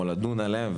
או לדון עליהם.